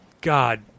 God